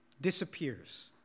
disappears